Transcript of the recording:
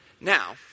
Now